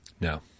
No